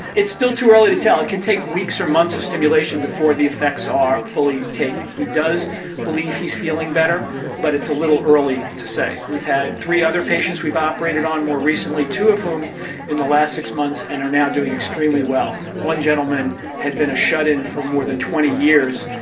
it's still too early to tell, it can take weeks or months of stimulation before the effects are fully taking. he does believe he's feeling better but it's a little early to say. we've had three other patients we've operated on more recently, two of whom in the last six months and are now doing extremely well. one gentleman had been a shut-in for more than twenty years,